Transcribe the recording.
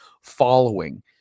following